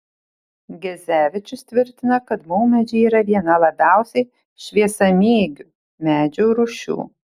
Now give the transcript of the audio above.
gezevičius tvirtina kad maumedžiai yra viena labiausiai šviesamėgių medžių rūšių